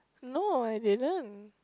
no they didn't